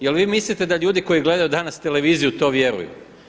Jel' vi mislite da ljudi koji gledaju danas televiziju vjeruju?